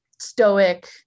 stoic